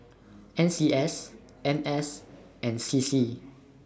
N C S N S and C C